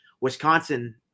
Wisconsin